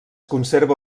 conserva